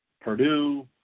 Purdue